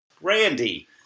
Randy